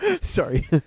Sorry